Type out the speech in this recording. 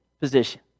position